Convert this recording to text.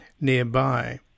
nearby